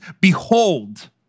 behold